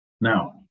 Now